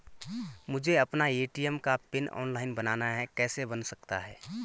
मुझे अपना ए.टी.एम का पिन ऑनलाइन बनाना है कैसे बन सकता है?